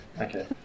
Okay